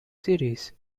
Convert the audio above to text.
series